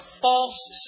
false